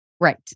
Right